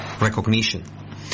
recognition